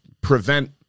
prevent